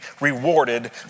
rewarded